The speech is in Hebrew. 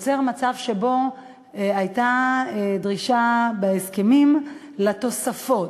נוצר מצב שהייתה דרישה בהסכמים לתוספות.